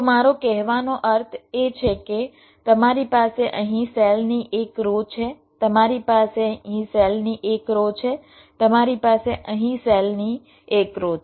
તો મારો કહેવાનો અર્થ એ છે કે તમારી પાસે અહીં સેલની એક રો છે તમારી પાસે અહીં સેલની એક રો છે તમારી પાસે અહીં સેલની એક રો છે